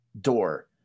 door